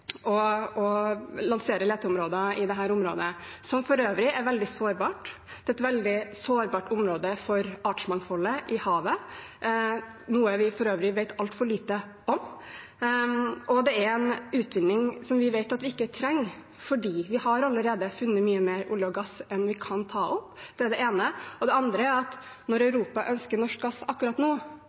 gassutvinning, og lansere leteområder i dette området, som for øvrig er veldig sårbart. Det er et veldig sårbart område for artsmangfoldet i havet, noe vi for øvrig vet altfor lite om, og det er en utvinning som vi vet at vi ikke trenger, fordi vi allerede har funnet mye mer olje og gass enn vi kan ta opp. Det er det ene. Det andre er at når Europa ønsker norsk gass akkurat nå,